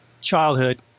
childhood